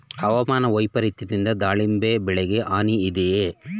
ಹವಾಮಾನ ವೈಪರಿತ್ಯದಿಂದ ದಾಳಿಂಬೆ ಬೆಳೆಗೆ ಹಾನಿ ಇದೆಯೇ?